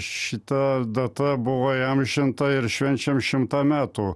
šita data buvo įamžinta ir švenčiam šimtą metų